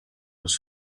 was